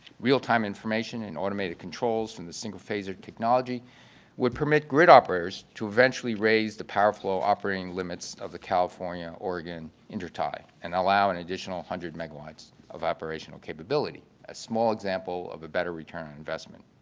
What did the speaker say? real-time information and automated controls from the single phaser technology would permit grid operators to eventually raise the power flow operating limits of the california oregon intertie and allow an and additional hundred megawatts of operational capability, a small example of a better return on investment.